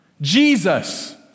Jesus